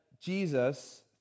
Jesus